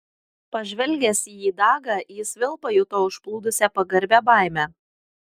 pažvelgęs į įdagą jis vėl pajuto užplūdusią pagarbią baimę